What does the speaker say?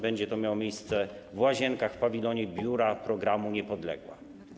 Będzie to miało miejsce w Łazienkach, w pawilonie Biura Programu „Niepodległa”